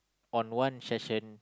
on one session